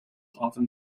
often